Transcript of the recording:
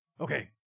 Okay